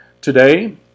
Today